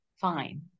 fine